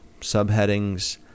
subheadings